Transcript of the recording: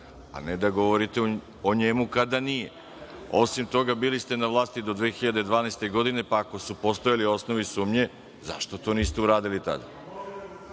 a ne da govorite o njemu kada nije. Osim toga, bili ste na vlasti do 2012. godine, pa ako su postojali osnovi sumnje, zašto to niste uradili tada.